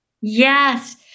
Yes